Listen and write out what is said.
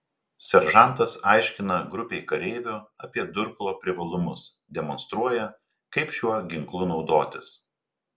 seržantas aiškina grupei kareivių apie durklo privalumus demonstruoja kaip šiuo ginklu naudotis